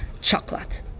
chocolate